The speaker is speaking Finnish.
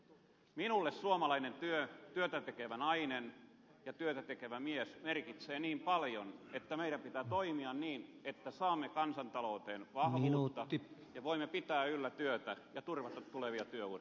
minulle suomalainen työtä tekevä nainen ja työtä tekevä mies merkitsee niin paljon että meidän pitää toimia niin että saamme kansantalouteen vahvuutta ja voimme pitää yllä työtä ja turvata tulevia työuria